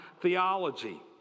theology